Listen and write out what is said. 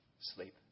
Sleep